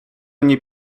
nie